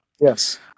Yes